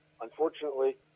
Unfortunately